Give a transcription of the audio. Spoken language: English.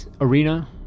arena